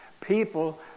people